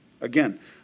again